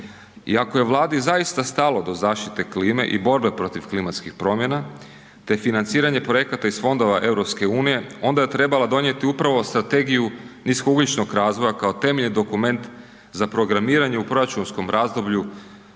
I ako je Vladi zaista stalo do zaštite klime i borbe protiv klimatskih promjena, te financiranje projekata iz Fondova EU onda je trebala donijeti upravo Strategiju niskougljičnog razvoja kao temeljni dokument za programiranje u proračunskom razdoblju